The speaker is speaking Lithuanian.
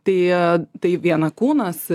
tai tai viena kūnas